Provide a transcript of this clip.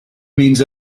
means